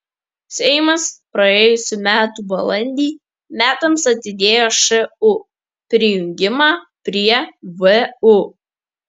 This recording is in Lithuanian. seimas praėjusių metų balandį metams atidėjo šu prijungimą prie vu